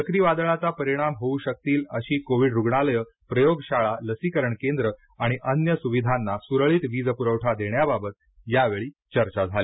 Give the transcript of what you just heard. चक्रीवादळाचा परिणाम होऊ शकतील अशी कोविड रुग्णालय प्रयोगशाळा लसीकरण केंद्र आणि अन्य सुविधांना सुरळीत वीज पुरवठा देण्याबाबत यावेळी चर्चा झाली